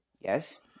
Yes